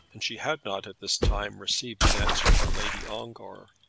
and she had not at this time received an answer from lady ongar.